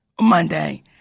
Monday